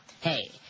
Hey